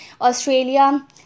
australia